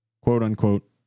quote-unquote